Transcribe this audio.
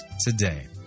today